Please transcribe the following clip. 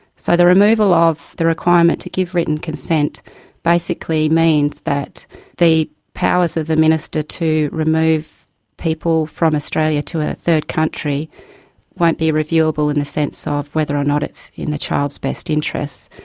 so the removal of the requirement to give written consent basically means that the powers of the minister to remove people from australia to a third country won't be reviewable in the sense so of whether or not it's in the child's best interests,